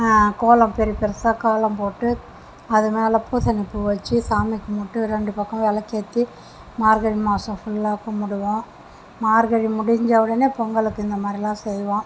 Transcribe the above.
கோலம் பெ பெருசாக கோலம் போட்டு அதுமேல் பூசணிப்பூ வச்சு சாமி கும்பிட்டு ரெண்டு பக்கம் விளக்கேத்தி மார்கழி மாதம் ஃபுல்லாக கும்பிடுவோம் மார்கழி முடிஞ்ச உடனே பொங்கலுக்கு இந்தமாரிலாம் செய்வோம்